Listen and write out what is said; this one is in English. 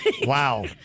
Wow